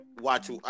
Watch